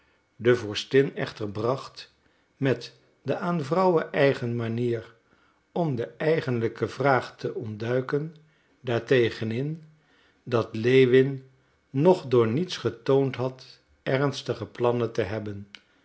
de vorstin echter bracht met de aan vrouwen eigen manier om de eigenlijke vraag te ontduiken daar tegen in dat lewin nog door niets getoond had ernstige plannen te hebben